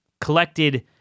collected